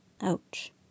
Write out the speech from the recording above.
Ouch